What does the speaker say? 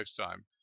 lifetime